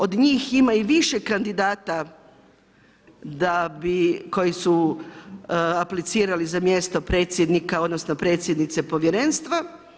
Od njih ima i više kandidata koji su aplicirali za mjesto predsjednika, odnosno predsjednice Povjerenstva.